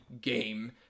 game